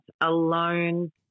alone